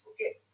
okay